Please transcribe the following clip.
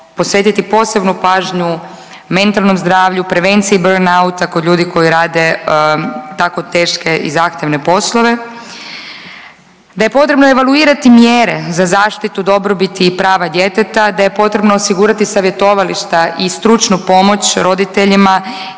posvetiti posebnu pažnju mentalnom zdravlju, prevenciji burn outa kod ljudi koji rade tako teške i zahtjevne poslove, da je potrebno evaluirati mjere za zaštitu dobrobiti i prava djeteta, da je potrebno osigurati savjetovališta i stručnu pomoć roditeljima,